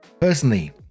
Personally